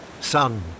Sun